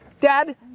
Dad